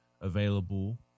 available